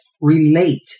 Relate